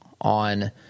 on